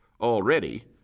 already